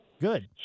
Good